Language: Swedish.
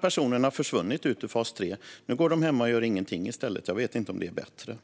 Personerna har försvunnit från fas 3. Nu går de i stället hemma och gör ingenting. Jag vet inte om det är bättre.